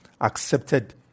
accepted